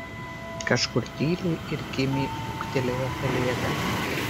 kažkur tyliai ir kimiai ūktelėjo pelėda